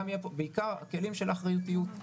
בעיקר כלים של אחריותיות.